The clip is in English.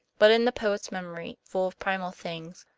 but in the poet's memory, full of primal things,